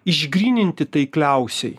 išgryninti taikliausiai